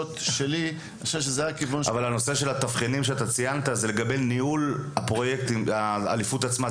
הנושא של התבחינים שאתה ציינת הוא לגבי ניהול האליפות עצמה,